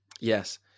Yes